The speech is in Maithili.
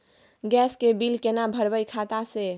गैस के बिल केना भरबै खाता से?